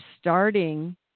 starting